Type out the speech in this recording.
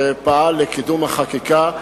שפעל לקידום החקיקה.